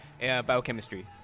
Biochemistry